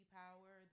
power